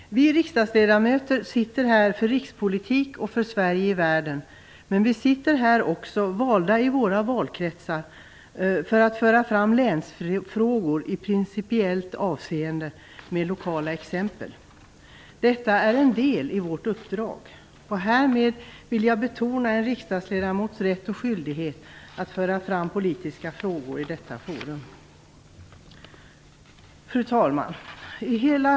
Fru talman! Vi riksdagsledamöter är här för att föra rikspolitik och för Sveriges skull. Men vi är också valda i våra valkretsar för att i principiellt avseende föra fram länsfrågor med lokala exempel. Detta är en del i vårt uppdrag. Härmed vill jag betona en riksdagsledamots rätt och skyldighet att föra fram politiska frågor i detta forum. Fru talman!